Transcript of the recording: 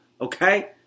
Okay